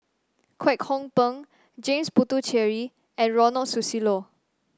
Kwek Hong Png James Puthucheary and Ronald Susilo